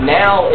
now